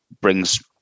brings